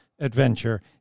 adventure